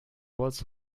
was